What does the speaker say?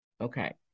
okay